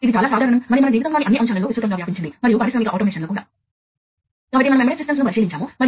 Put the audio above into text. ఒక సమయంలో ఒక పరికరంలో మీరు కరెంటు ను పంపుతున్నందున మీరు వాస్తవానికి ఒకే కరెంటు ను మాత్రమే పంపగలరు ఎందుకంటే డేటా నిరంతరం వస్తుంది